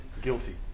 guilty